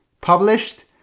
published